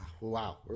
wow